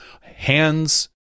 hands